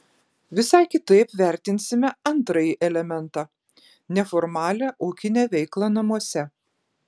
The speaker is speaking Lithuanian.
visai kitaip vertinsime antrąjį elementą neformalią ūkinę veiklą namuose